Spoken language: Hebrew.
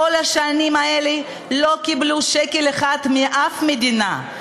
כל השנים האלה לא קיבלו שקל אחד משום מדינה.